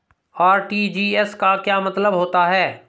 RTGS का क्या मतलब होता है?